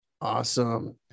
awesome